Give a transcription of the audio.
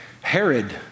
Herod